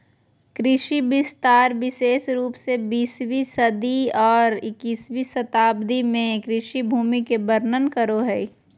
कृषि विस्तार विशेष रूप से बीसवीं और इक्कीसवीं शताब्दी में कृषि भूमि के वर्णन करो हइ